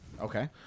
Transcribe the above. Okay